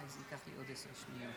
אדוני יושב-הראש, חבריי חברי